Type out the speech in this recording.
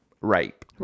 rape